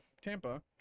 Tampa